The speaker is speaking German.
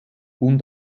und